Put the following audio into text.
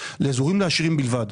אזורים לעשירים בלבד.